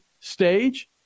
stage